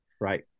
right